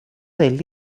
they